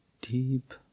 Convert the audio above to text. deep